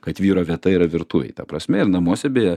kad vyro vieta yra virtuvėj ta prasme ir namuose beje